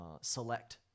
select